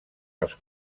els